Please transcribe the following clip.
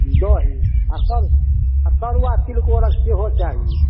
दही आओर तरुआ तरुआ तिलकोरके सेहो चाही